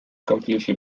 completely